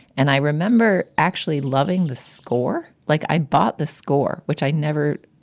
and i remember actually loving the score like i bought the score, which i never,